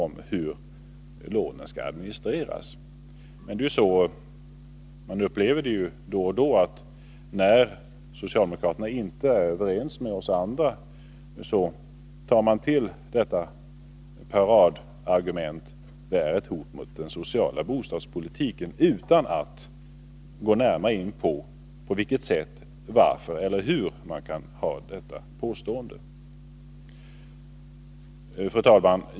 Men när socialdemokraterna inte är överens med oss andra, brukar de ta till paradargumentet, att vad vi föreslår är ett hot mot den sociala bostadspolitiken. Man går inte närmare in på varför eller hur man kan påstå det. Fru talman!